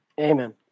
Amen